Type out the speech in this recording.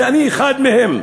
שאני אחד מהם.